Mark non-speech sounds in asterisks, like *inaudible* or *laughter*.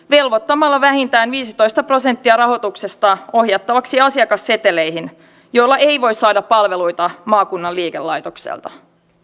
*unintelligible* velvoittamalla vähintään viisitoista prosenttia rahoituksesta ohjattavaksi asiakasseteleihin joilla ei voi saada palveluita maakunnan liikelaitokselta